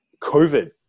COVID